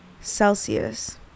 Celsius